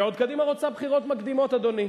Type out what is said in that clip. ועוד קדימה רוצה בחירות מוקדמות, אדוני.